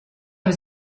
was